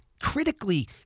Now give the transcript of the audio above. critically